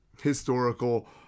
historical